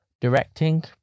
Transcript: Directing